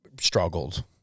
struggled